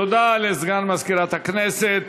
תודה לסגן מזכירת הכנסת.